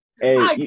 Hey